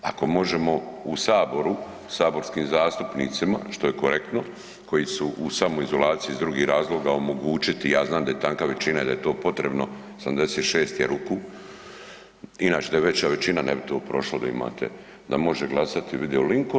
Ako možemo u saboru saborskim zastupnicima, što je korektno, koji su u samoizolaciji iz drugih razloga omogućiti, ja znam da je tanka većina i da je to potrebno 76 je ruku, inače da je veća većina ne bi to prošlo da imate, da može glasati video linkom.